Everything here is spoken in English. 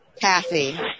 Kathy